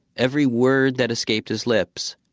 every word that escaped his lips,